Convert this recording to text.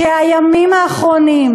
שהימים האחרונים,